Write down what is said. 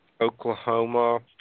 Oklahoma